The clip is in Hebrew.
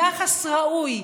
יחס ראוי,